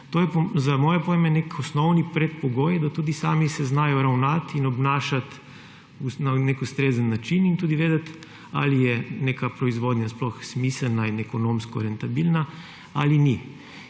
To je za moje pojme nek osnovni predpogoj, da tudi sami se znajo ravnati in obnašati na nek ustrezen način in tudi vedeti, ali je neka proizvodnja sploh smiselna in ekonomsko rentabilna ali ni.